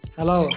Hello